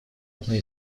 одной